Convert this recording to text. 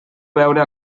veure